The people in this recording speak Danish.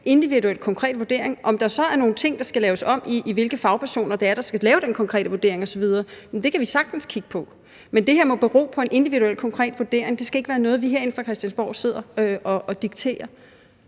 individuelt, konkret skal vurdere det. Om der så er nogle ting, der skal laves om i, hvilke fagpersoner det er, der skal lave den konkrete vurdering osv., kan vi sagtens kigge på. Men det her må bero på en individuel, konkret vurdering. Det skal ikke være noget, vi herinde fra Christiansborg sidder og dikterer,